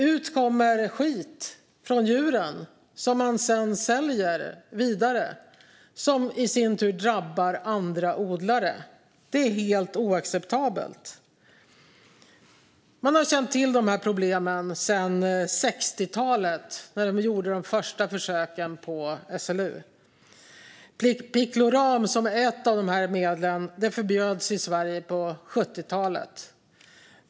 Ut kommer skit från djuren som man sedan säljer vidare, vilket i sin tur drabbar andra odlare. Det är helt oacceptabelt. Man har känt till de här problemen sedan 60-talet när de gjorde de första försöken på SLU. Pikloram, som är ett av de här medlen, förbjöds i Sverige på 70-talet.